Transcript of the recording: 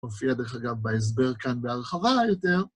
הופיע דרך אגב בהסבר כאן בהרחבה יותר.